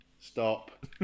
Stop